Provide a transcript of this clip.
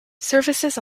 services